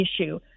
issue